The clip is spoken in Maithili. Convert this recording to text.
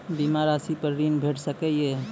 बीमा रासि पर ॠण भेट सकै ये?